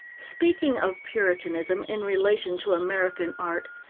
speaking of puritanism in relation to american art,